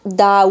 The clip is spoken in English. da